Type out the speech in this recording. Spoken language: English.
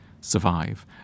survive